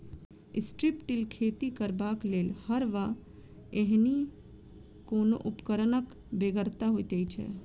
strip till खेती करबाक लेल हर वा एहने कोनो उपकरणक बेगरता होइत छै